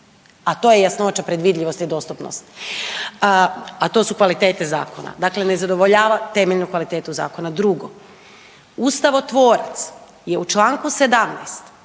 a to je jasnoća predvidljivosti i dostupnosti, a to su kvalitete zakona, dakle ne zadovoljava temeljnu kvalitetu zakona. Drugo, ustavotvorac je u čl. 17.